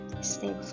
Stay